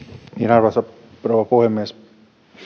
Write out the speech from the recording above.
arvoisa rouva puhemies